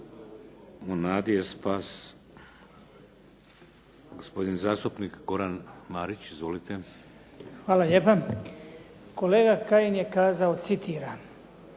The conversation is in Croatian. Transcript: U nadi je spas. Gospodin zastupnik Goran Marić. Izvolite. **Marić, Goran (HDZ)** Hvala lijepa. Kolega Kajin je kazao, citiram: